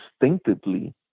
instinctively